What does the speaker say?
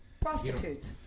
prostitutes